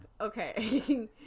okay